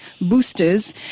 boosters